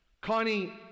Connie